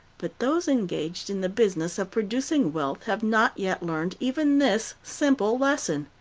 but those engaged in the business of producing wealth have not yet learned even this simple lesson.